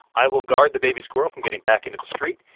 i will guard the baby squirrel from getting back into the street.